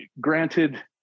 granted